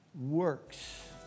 works